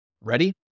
Ready